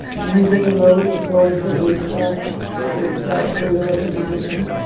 a musical note referring to his his career as a musician.